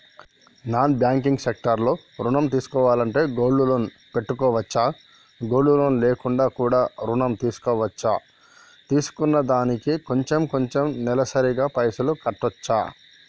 Non banking sector లో ఋణం తీసుకోవాలంటే గోల్డ్ లోన్ పెట్టుకోవచ్చా? గోల్డ్ లోన్ లేకుండా కూడా ఋణం తీసుకోవచ్చా? తీసుకున్న దానికి కొంచెం కొంచెం నెలసరి గా పైసలు కట్టొచ్చా?